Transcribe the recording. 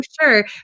sure